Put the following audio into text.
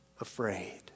afraid